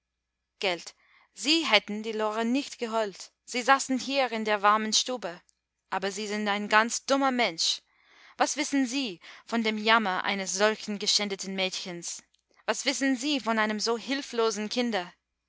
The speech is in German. gelt sie hätten die lore nicht geholt sie saßen hier in der warmen stube aber sie sind ein ganz dummer mensch was wissen sie von dem jammer eines solchen geschändeten mädchens was wissen sie von einem so hilflosen kinde